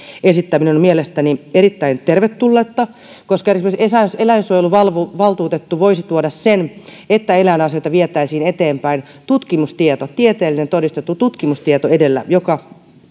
esittäminen on erittäin tervetullutta koska esimerkiksi eläinsuojeluvaltuutettu voisi tuoda sen että eläinasioita vietäisiin eteenpäin tieteellinen todistettu tutkimustieto edellä mikä